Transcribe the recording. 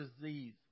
disease